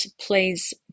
please